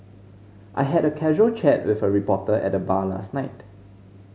I had a casual chat with a reporter at the bar last night